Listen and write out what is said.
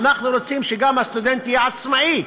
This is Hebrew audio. אנחנו רוצים שגם הסטודנט יהיה עצמאי.